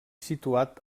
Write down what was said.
situat